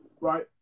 right